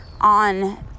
on